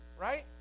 right